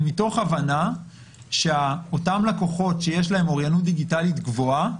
הוא מתוך הבנה שאותם לקוחות שיש להם אוריינות דיגיטלית גבוהה,